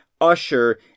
Usher